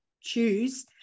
choose